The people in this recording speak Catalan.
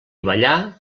ballar